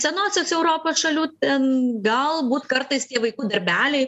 senosios europos šalių ten galbūt kartais tie vaikų darbeliai